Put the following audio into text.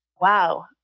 wow